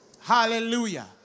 Hallelujah